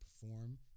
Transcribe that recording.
perform